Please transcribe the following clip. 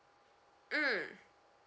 mm